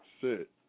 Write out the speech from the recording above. Sit